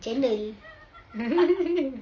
channel